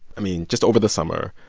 i mean, just over the summer,